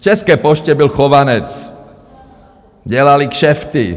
V České poště byl Chovanec, dělali kšefty.